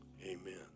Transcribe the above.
Amen